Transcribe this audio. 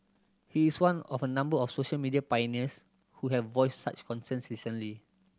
he is one of a number of social media pioneers who have voiced such concerns recently